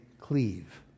cleave